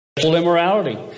immorality